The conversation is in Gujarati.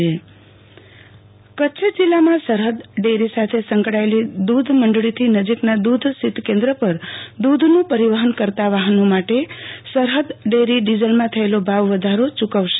આરતી ભટ સરહદ ડેરી પરિવહન ખર્ચ કચ્છ જિલ્લામાં સરહદ ડરી સાથે સકડાયેલી દુધ મડળીથી નજીકના દુધ શીતકેન્દ્ર પર દૂધન પરિવહન કરતાં વાહનો માટે સરહદ ડેરી ડીઝલમાં થયેલો ભાવ વધારો ચૂકવશે